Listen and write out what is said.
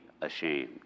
ashamed